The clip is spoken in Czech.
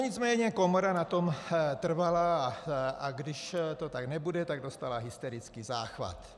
Nicméně komora na tom trvala, a když to tak nebude, tak dostala hysterický záchvat.